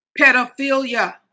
Pedophilia